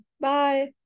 Bye